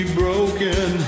broken